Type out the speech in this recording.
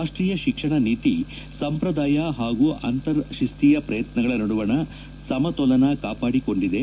ರಾಷ್ಟೀಯ ಶಿಕ್ಷಣ ನೀತಿ ಸಂಪ್ರದಾಯ ಹಾಗೂ ಅಂತರ್ ಶಿಸ್ತೀಯ ಪ್ರಯತ್ನಗಳ ನಡುವಣ ಸಮತೋಲನ ಕಾಪಾಡಿಕೊಂಡಿದೆ